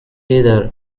heather